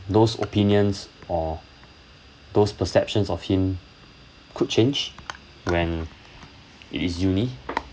those opinions or those perceptions of him could change when it is uni